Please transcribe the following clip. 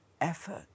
effort